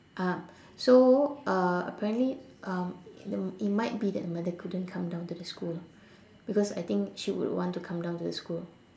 um so uh apparently um it might be that the mother couldn't come down to the school because I think she would want to come down to the school